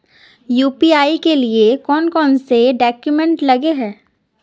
UPI के लिए कौन कौन से डॉक्यूमेंट लगे है?